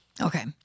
Okay